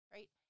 Right